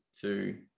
two